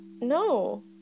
No